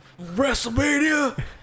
Wrestlemania